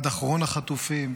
עד אחרון החטופים,